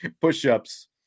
push-ups